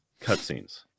cutscenes